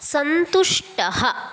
सन्तुष्टः